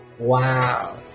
wow